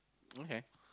okay